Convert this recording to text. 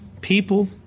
People